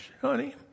honey